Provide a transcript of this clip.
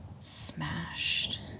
smashed